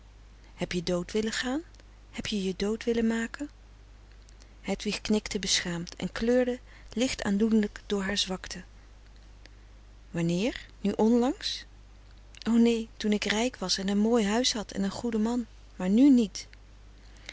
heb je dood willen gaan heb je je dood willen maken frederik van eeden van de koele meren des doods hedwig knikte beschaamd en kleurde licht aandoenlijk door haar zwakte wanneer nu onlangs o neen toen ik rijk was en een mooi huis had en een goeden man maar nu niet